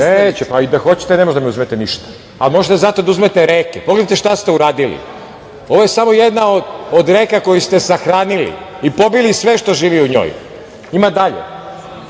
Neće, a i da hoćete, ne možete da mi uzmete ništa, ali zato možete da uzmete reke. Pogledajte šta ste uradili. Ovo je samo jedna od reka koju ste sahranili i pobili sve što živi u njoj. Evo još